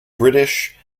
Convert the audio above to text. british